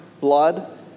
blood